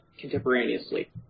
contemporaneously